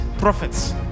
Prophets